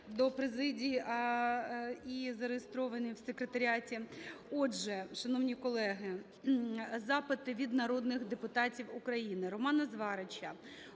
до президії і зареєстровано в Секретаріаті. Отже, шановні колеги, запити від народних депутатів України. Романа Зварича